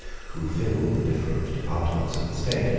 who filled the different departments of the state,